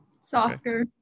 soccer